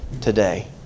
today